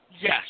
yes